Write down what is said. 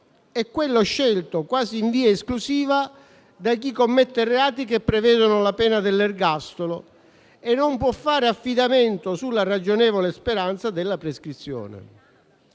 è quello scelto quasi in via esclusiva da chi commette reati che prevedono la pena dell'ergastolo e non può fare affidamento sulla ragionevole speranza della prescrizione.